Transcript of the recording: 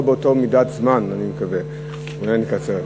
מקווה שלא באותה מידת זמן ואולי נקצר.